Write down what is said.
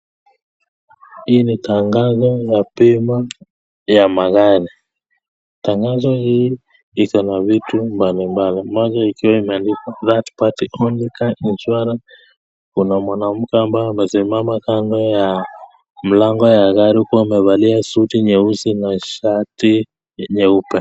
Hii ni tangazo ya bima ya magari. Tangazo hii iko na vitu mbalimbali moja ikiwa imeandikwa Third-Party Only Car Insurance . Kuna mwanamke ambaye amesimama kando ya mlango ya gari huku amevalia suti nyeusi na shati nyeupe.